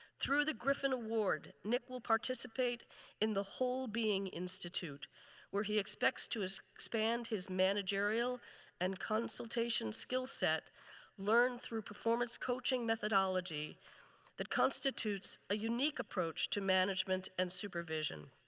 through the griffin award, nic will participate in the whole being institute where he expects to expand his managerial and consultation skillset learned through performance coaching methodology that constitutes a unique approach to management and supervision.